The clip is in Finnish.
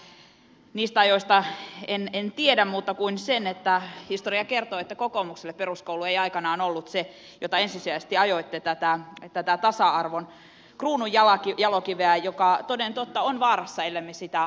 niistä ajoista en tiedä muuta kuin sen että historia kertoo että kokoomukselle peruskoulu ei aikanaan ollut se mitä ensisijaisesti ajoitte tämä tasa arvon kruununjalokivi joka toden totta on vaarassa ellemme sitä aidosti puolusta